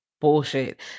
Bullshit